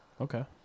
Okay